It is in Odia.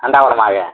ଏନ୍ତା କର୍ମା କେଁ